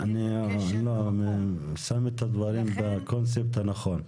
אני שם את הדברים בקונספט הנכון.